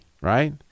right